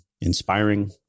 inspiring